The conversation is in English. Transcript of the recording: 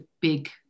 big